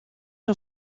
een